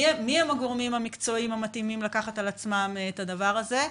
מי הם הגורמים המקצועיים המתאימים לקחת על עצמם את הדבר הזה.